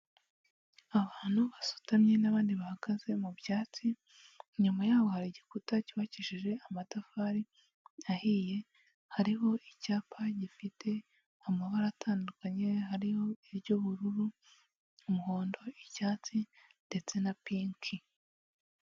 Abantu basutamye n'abandi bahagaze mu byatsi inyuma yaho hari igikuta cyubakishije amatafari ahiye, hariho icyapa gifite amabara atandukanye, hariho iry'ubururu umuhondo icyatsi ndetse na pinki.